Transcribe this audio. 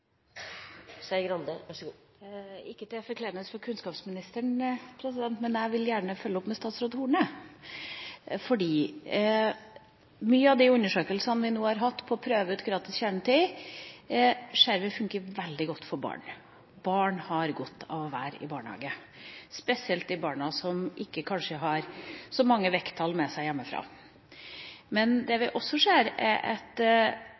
Ikke til forkleinelse for kunnskapsministeren, men jeg vil gjerne følge opp med statsråd Horne. Mange av de undersøkelsene vi nå har hatt om det å prøve ut gratis kjernetid, viser at det fungerer veldig godt for barn. Barn har godt av å være i barnehage, spesielt de barna som kanskje ikke har så mange vekttall med seg hjemmefra. Sist jeg sjekket med Oslo, har de som reiser rundt til familier og sier at